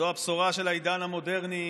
זו הבשורה של העידן המודרני,